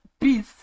Peace